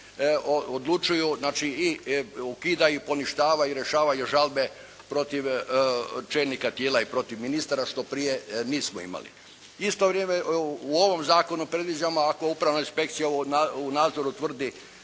odlučuju znači i ukidaju, poništavaju, rješavaju žalbe protiv čelnika tijela i protiv ministara, što prije nismo imali. Isto vrijeme u ovom zakonu predviđamo ako upravna inspekcija u nadzoru utvrdi